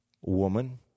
woman